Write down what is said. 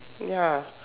ya